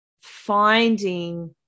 finding